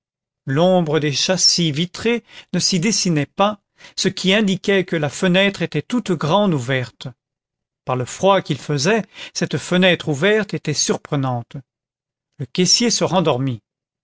l'ombre des châssis vitrés ne s'y dessinait pas ce qui indiquait que la fenêtre était toute grande ouverte par le froid qu'il faisait cette fenêtre ouverte était surprenante le caissier se rendormit